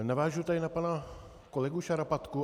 Navážu tady na pana kolegu Šarapatku.